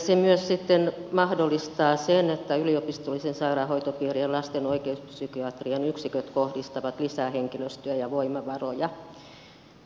se myös sitten mahdollistaa sen että yliopistollisten sairaanhoitopiirien lasten oikeuspsykiatrian yksiköt kohdistavat lisää henkilöstöä ja voimavaroja